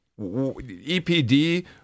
EPD